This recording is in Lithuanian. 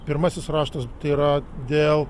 pirmasis raštas tai yra dėl